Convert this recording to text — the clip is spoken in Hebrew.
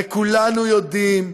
הרי כולנו יודעים,